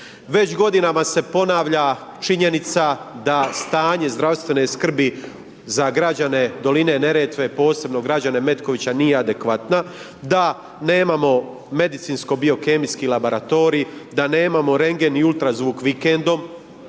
Već godinama se ponavlja činjenica da stanje zdravstvene skrbi za građane doline Neretve, posebno građane Metkovića, nije adekvatna, da nemamo medicinsko bio kemijski laboratorij, da nemamo rendgen i ultra zvuk vikendom,